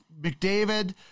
McDavid